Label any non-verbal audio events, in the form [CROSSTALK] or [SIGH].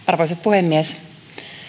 [UNINTELLIGIBLE] arvoisa puhemies